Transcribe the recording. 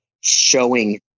showing